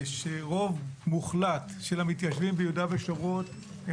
שרוב מוחלט של המתיישבים ביהודה ושומרון הם